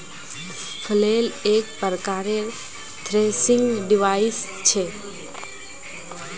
flail एक प्रकारेर threshing device छ